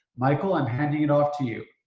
michael i'm handing it off to you.